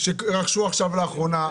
שקנו לאחרונה,